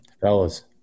Fellas